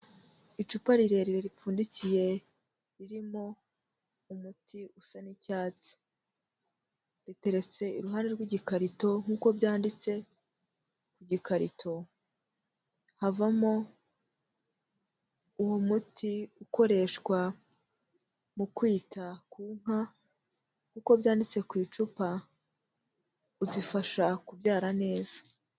Icupa rirerire ripfundikiye, ririmo umuti usa n'icyatsi. uteretse iruhande rw'igikarito nk'uko byanditse ku gikarito. Havamo uwo muti ukoreshwa mu kwita ku nka, nkuko byanditse ku icupa, uzifasha kubyara neza.